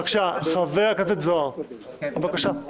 חבר הכנסת זוהר, בבקשה.